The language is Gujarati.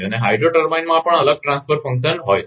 અને હાઇડ્રો ટર્બાઇનમાં પણ અલગ ટ્રાન્સફર ફંક્શન હોય છે